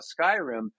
Skyrim